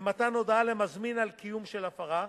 במתן הודעה למזמין על קיומה של הפרה,